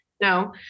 No